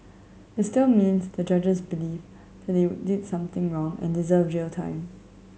it still means the judges believe that they did something wrong and deserve jail time